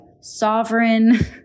sovereign